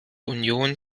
union